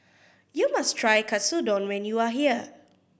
you must try Katsudon when you are here